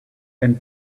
and